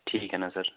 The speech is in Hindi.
ठीक है न सर